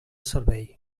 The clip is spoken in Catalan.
servei